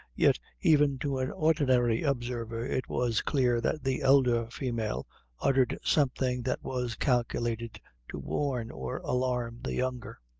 yet even to an ordinary observer, it was clear that the elder female uttered something that was calculated to warn or alarm the younger.